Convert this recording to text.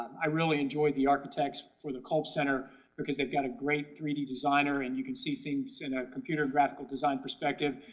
i really enjoyed the architects for the culp center because they've got a great three d designer and you can see things in a computer graphical design perspective,